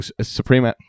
Supreme